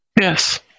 Yes